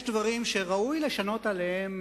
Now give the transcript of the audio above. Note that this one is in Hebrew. יש דברים שראוי לשנות עליהם